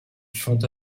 front